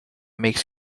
makes